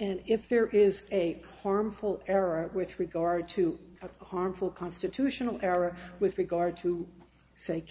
and if there is a horrible error with regard to a harmful constitutional error with regard to say